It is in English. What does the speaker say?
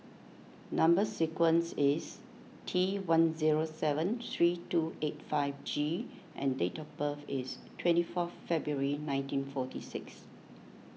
Number Sequence is T one zero seven three two eight five G and date of birth is twenty fourth February nineteen forty six